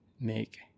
make